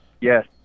Yes